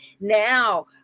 now